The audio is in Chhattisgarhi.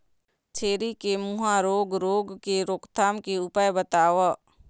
छेरी के मुहा रोग रोग के रोकथाम के उपाय बताव?